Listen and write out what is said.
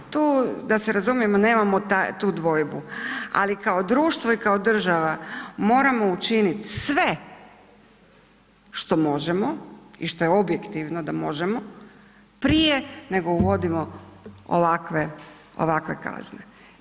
Tu da se razumijemo nemamo tu dvojbu, ali kao društvo i kao država moramo učiniti sve što možemo i što je objektivno da možemo prije nego uvodimo ovakve, ovakve kazne.